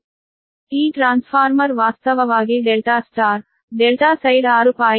ಈ ಟ್ರಾನ್ಸ್ಫಾರ್ಮರ್ ವಾಸ್ತವವಾಗಿ ∆ Y ∆ side 6